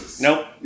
Nope